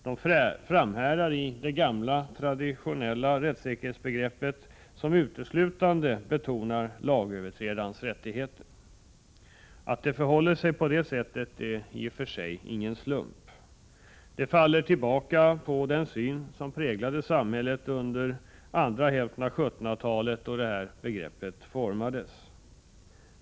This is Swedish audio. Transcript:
De framhärdar i det gamla traditionella rättssäkerhetsbegreppet som uteslutande betonar lagöverträdarens rättigheter. Att det förhåller sig på det sättet är i och för sig ingen slump. Det faller tillbaka på den syn som präglade samhället under andra hälften av 1700-talet, då detta begrepp formades.